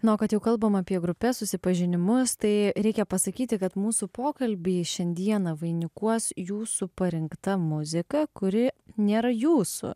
na o kad jau kalbam apie grupes susipažinimus tai reikia pasakyti kad mūsų pokalbį šiandieną vainikuos jūsų parinkta muzika kuri nėra jūsų